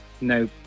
no